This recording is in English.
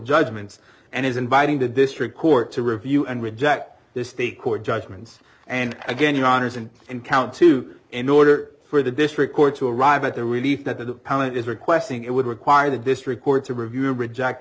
judgments and is inviting the district court to review and reject the state court judgments and again your honors and and count to in order for the district court to arrive at the relief that appellant is requesting it would require the district court to review or reject